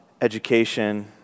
education